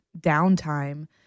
downtime